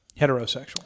Heterosexual